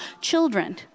children